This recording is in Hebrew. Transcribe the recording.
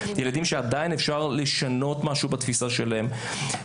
ילדים שעדיין אפשר לשנות משהו בתפיסה שלהם.